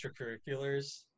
extracurriculars